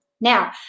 Now